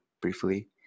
briefly